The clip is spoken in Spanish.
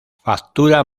factura